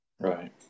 Right